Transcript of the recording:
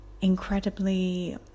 incredibly